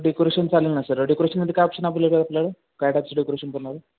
decoration चालेल ना sir डेकोरेशनमध्ये काय ऑप्शन आपल्याक आपल्याला काय टायपचं डेकोरेशन करणार आहे